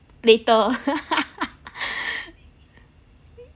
later